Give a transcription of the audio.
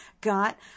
got